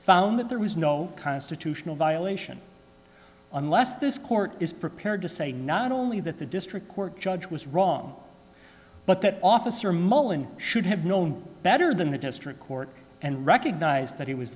found that there was no constitutional violation unless this court is prepared to say not only that the district court judge was wrong but that officer mullen should have known better than the district court and recognized that he was